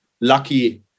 lucky